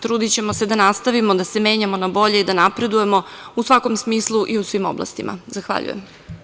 Trudićemo se da nastavimo da se menjamo na bolje i da napredujemo u svakom smislu i u svim oblastima.“ Zahvaljujem.